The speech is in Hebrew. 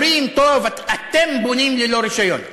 אומרים: טוב, אתם בונים ללא רישיון.